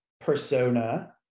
persona